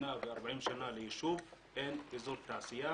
מדינה ו-40 שנים ליישוב, אין אזור תעשייה